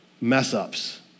mess-ups